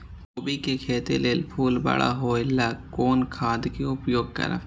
कोबी के खेती लेल फुल बड़ा होय ल कोन खाद के उपयोग करब?